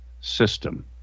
system